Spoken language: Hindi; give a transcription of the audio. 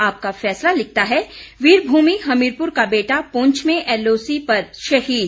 आपका फैसला लिखता है वीरभूमि हमीरपुर का बेटा पुंछ में एलओसी पर शहीद